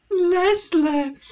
Leslie